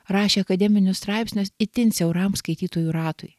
rašė akademinius straipsnius itin siauram skaitytojų ratui